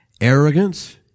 arrogance